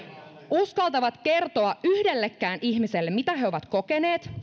uskaltavat kertoa yhdellekään ihmiselle mitä he he ovat kokeneet